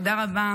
תודה רבה.